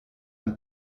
ein